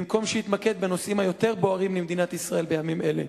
במקום שיתמקד בנושאים היותר בוערים למדינת ישראל בימים אלה.